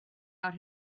out